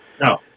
No